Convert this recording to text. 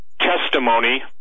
testimony